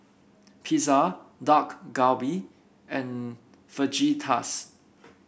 Pizza Dak Galbi and Fajitas